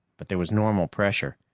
but there was normal pressure.